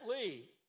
Lee